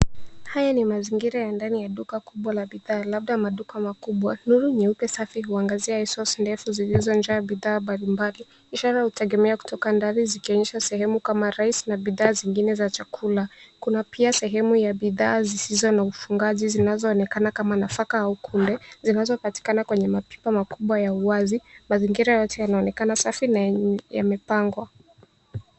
Haya ni mazingira ya ndani ya duka kubwa la bidhaa, labda maduka makubwa. Nuru nyeupe safi huangazia shelves ndefu zilizojaa bidhaa mbalimbali. Ishara ya kutegemea kutoka ndani zikionyesha sehemu kama rice na bidhaa zingine za chakula. Kuna pia sehemu ya bidhaa zisizo na ufungaji zinazoonekana kama nafaka au kunde, zinazopatikana kwenye mapipa makubwa ya uwazi. Mazingira yote yanaonekana safi na yenye yamepangwa.